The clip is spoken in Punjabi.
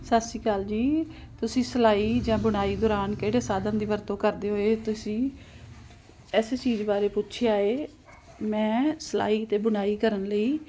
ਸਤਿ ਸ਼੍ਰੀ ਅਕਾਲ ਜੀ ਤੁਸੀਂ ਸਿਲਾਈ ਜਾਂ ਬੁਣਾਈ ਦੌਰਾਨ ਕਿਹੜੇ ਸਾਧਨ ਦੀ ਵਰਤੋਂ ਕਰਦੇ ਹੋਏ ਤੁਸੀਂ ਇਸ ਚੀਜ਼ ਬਾਰੇ ਪੁੱਛਿਆ ਹੈ ਮੈਂ ਸਿਲਾਈ ਅਤੇ ਬੁਣਾਈ ਕਰਨ ਲਈ